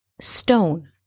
stone